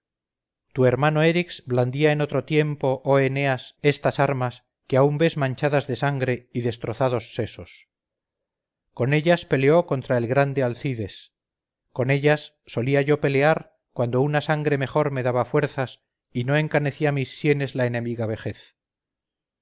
tu hermano erix blandía en otro tiempo oh eneas estas armas que aun ves manchadas de sangre y destrozados sesos con ellas peleó contra el grande alcides con ellas solía yo pelear cuando una sangre mejor me daba fuerzas y no encanecía mis sienes la enemiga vejez